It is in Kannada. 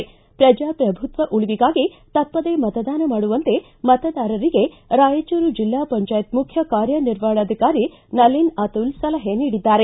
ಪ್ರಜಾಪ್ರಭುತ್ವ ಉಳಿವಿಗಾಗಿ ತಪ್ಪದೇ ಮತದಾನ ಮಾಡುವಂತೆ ಮತದಾರರಿಗೆ ರಾಯಚೂರು ಜಿಲ್ಲಾ ಪಂಚಾಯತ್ ಮುಖ್ಯ ಕಾರ್ಯನಿರ್ವಾಪಣಾಧಿಕಾರಿ ನಲಿನ್ ಅತುಲ್ ಸಲಹೆ ನೀಡಿದ್ದಾರೆ